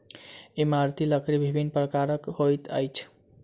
इमारती लकड़ी विभिन्न प्रकारक होइत अछि